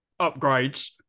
upgrades